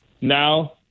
now